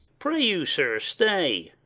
pray you, sir, stay.